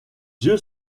yeux